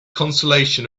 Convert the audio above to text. consolation